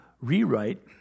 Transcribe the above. rewrite